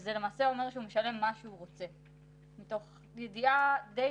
וזה למעשה אומר שהוא משלם מה שהוא רוצה מתוך ידיעה די